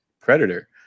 predator